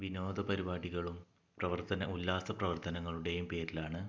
വിനോദ പരിപാടികളും പ്രവർത്തന ഉല്ലാസ പ്രവർത്തനങ്ങളുടെയും പേരിലാണ്